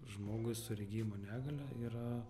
žmogus su regėjimo negalia yra